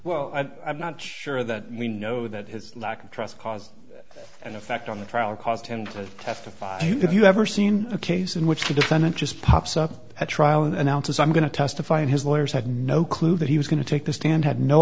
well i'm not sure that we know that his lack of trust cause and effect on the trial caused him to testify if you've ever seen a case in which the defendant just pops up at trial and out as i'm going to testify and his lawyers had no clue that he was going to take the stand had no